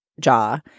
jaw